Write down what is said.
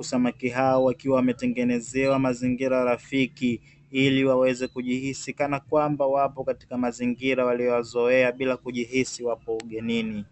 samaki hao wakiwa wametengenezewa mazingira rafiki ili waweze kujihisi kana kwamba wapo katika mazingira waliyoyazoea bila kujihisi wapo ugenini.